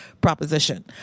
proposition